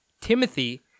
Timothy